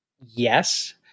yes